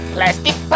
Plastic